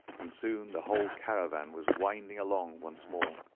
and soon the whole caravan was winding along once more.